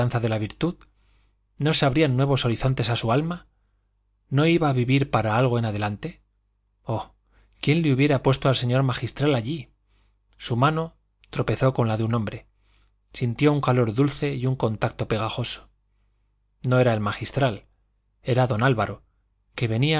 de la virtud no se abrían nuevos horizontes a su alma no iba a vivir para algo en adelante oh quién le hubiera puesto al señor magistral allí su mano tropezó con la de un hombre sintió un calor dulce y un contacto pegajoso no era el magistral era don álvaro que venía